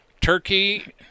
Turkey